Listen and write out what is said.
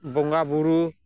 ᱵᱚᱸᱜᱟ ᱵᱳᱨᱳ